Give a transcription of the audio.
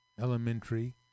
Elementary